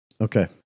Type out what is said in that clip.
Okay